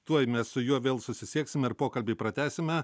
tuoj mes su juo vėl susisieksime ir pokalbį pratęsime